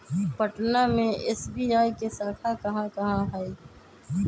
पटना में एस.बी.आई के शाखा कहाँ कहाँ हई